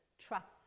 trusts